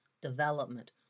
development